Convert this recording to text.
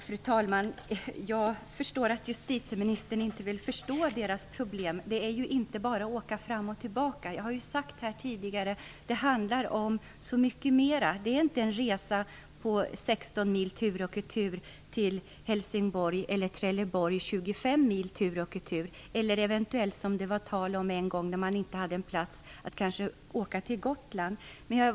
Fru talman! Jag förstår att justitieministern inte vill förstå deras problem. Det är inte bara att åka fram och tillbaka. Jag har tidigare sagt att det handlar om så mycket mera. Det är inte bara en resa på 16 mil tur och retur till Helsingborg eller på 25 mil tur och retur till Trelleborg. En gång, när man inte hade plats, var det tal om att åka till Gotland.